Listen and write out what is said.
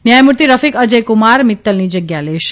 ન્યાયમૂર્તિ રફીક અજય કુમાર મિત્તલની જગ્યા લેશે